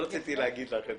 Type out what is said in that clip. זה